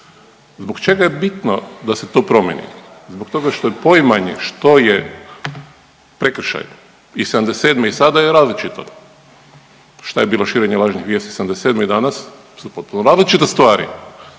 Zbog čega je bitno da se to promijeni? Zbog toga što je poimanje što je prekršaj iz '77. i sada je različito. Šta je bilo širenje lažnih vijesti '77. i danas su potpuno različite stvari.